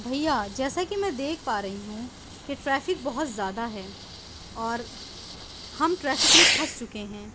بھیا جیسے کہ میں دیکھ پا رہی ہوں کہ ٹریفک بہت زیادہ ہے اور ہم ٹریفک میں پھنس چکے ہیں